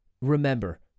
Remember